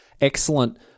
excellent